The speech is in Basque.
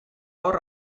hor